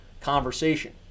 conversation